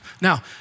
Now